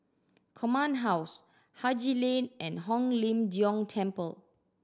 Command House Haji Lane and Hong Lim Jiong Temple